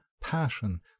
passion